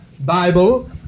Bible